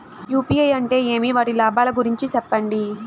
UPI అంటే ఏమి? వాటి లాభాల గురించి సెప్పండి?